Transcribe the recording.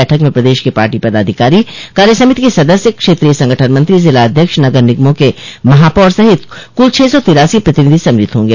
बैठक में प्रदेश के पार्टी पदाधिकारी कार्य समिति के सदस्य क्षेत्रीय संगठन मंत्री जिलाध्यक्ष नगर निगमों के महापौर सहित कुल छह सौ तिरासी प्रतिनिधि सम्मिलित होंगे